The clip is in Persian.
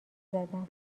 زدم